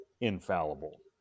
infallible